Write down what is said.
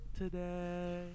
today